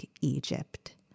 Egypt